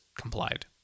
complied